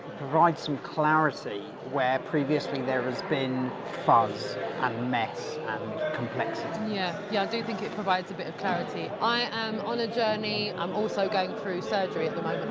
provides some clarity where previously there has been fuzz and mess and complexity? yeah yeah, i do think it provides a bit of clarity. i am on a journey, i'm also going through surgery at the moment,